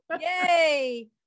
Yay